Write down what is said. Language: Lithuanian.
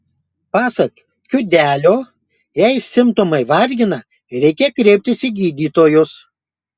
pasak kiudelio jei simptomai vargina reikia kreiptis į gydytojus